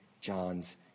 John's